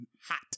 hot